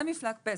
זה מפלג פל"ס.